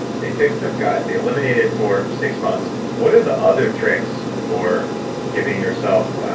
they fix their gut. they eliminate it for six months. what are the other tricks for giving yourself,